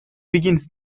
begins